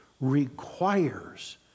requires